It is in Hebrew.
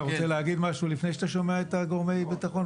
אתה רוצה להגיד משהו לפני שאתה שומע את גורמי הביטחון?